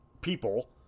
people